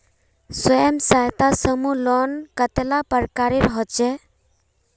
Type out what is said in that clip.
स्वयं सहायता समूह लोन कतेला प्रकारेर होचे?